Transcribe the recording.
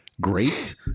great